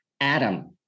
Adam